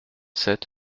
sept